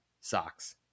socks